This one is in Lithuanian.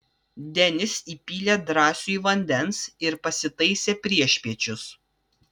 denis įpylė drąsiui vandens ir pasitaisė priešpiečius